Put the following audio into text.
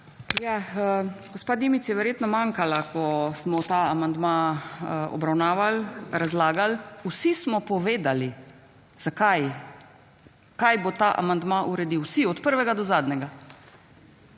Ja, gospa Dimic je verjetno manjkala, ko smo ta amandma obravnavali, razlagali. Vsi smo povedali, zakaj, kaj bo ta amandma uredil. Vsi, od prvega do zadnjega.